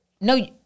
No